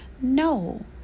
No